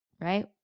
right